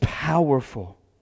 powerful